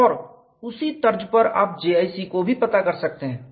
और उसी तर्ज पर आप JIC को भी पता कर सकते हैं